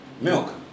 Milk